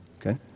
okay